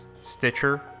Stitcher